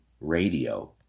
Radio